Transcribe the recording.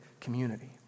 community